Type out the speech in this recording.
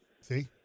See